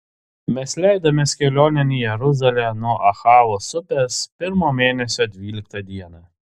mes leidomės kelionėn į jeruzalę nuo ahavos upės pirmo mėnesio dvyliktą dieną